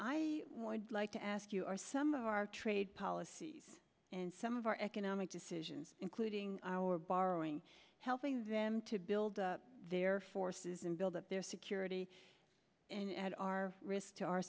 i would like to ask you are some of our trade policies and some of our economic decisions including our borrowing helping them to build up their forces and build up their security and our risk to our